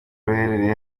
ruherereye